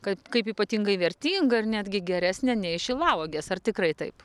kad kaip ypatingai vertinga ir netgi geresnė nei šilauogės ar tikrai taip